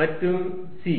மற்றும் c